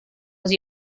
was